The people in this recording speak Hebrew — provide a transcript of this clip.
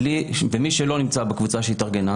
ומי שלא נמצא בקבוצה שהתארגנה